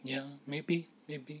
ya maybe maybe